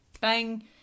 bang